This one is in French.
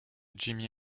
jimi